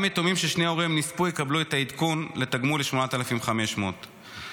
גם יתומים ששני הוריהם נספו יקבלו את העדכון לתגמול ל-8,500 שקלים.